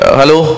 hello